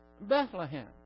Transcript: Bethlehem